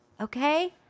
Okay